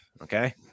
Okay